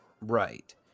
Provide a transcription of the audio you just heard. Right